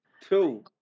two